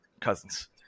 Cousins